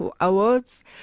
awards